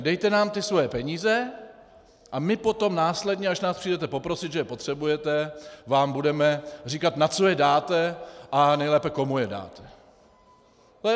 Dejte nám ty svoje peníze a my potom následně, až nás přijdete poprosit, že je potřebujete, vám budeme říkat, na co je dáte, a nejlépe, komu je dáte.